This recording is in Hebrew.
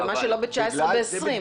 ומה שלא ב-2019, ב-2020.